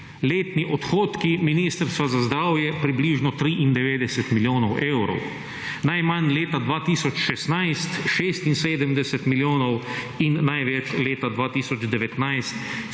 letni odhodki Ministrstva za zdravje približno 93 milijonov evrov. Najmanj leta 2016 – 76 milijonov in največ leta 2019